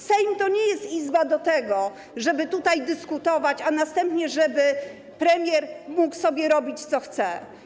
Sejm to nie jest Izba do tego, żeby tutaj dyskutować, a następnie żeby premier mógł sobie robić, co chce.